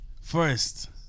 first